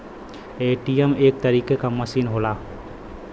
ATM एक तरीके क मसीन होला